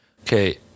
okay